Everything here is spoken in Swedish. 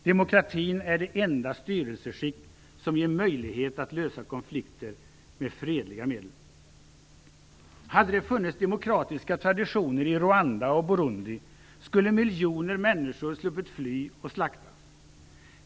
Demokratin är det enda styrelseskick som ger möjlighet att lösa konflikter med fredliga medel. Hade det funnits demokratiska traditioner i Rwanda och Burundi skulle miljoner människor sluppit fly och slaktas.